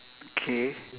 K